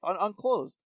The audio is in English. Unclosed